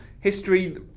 history